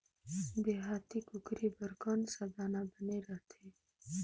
देहाती कुकरी बर कौन सा दाना बने रथे?